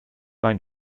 mein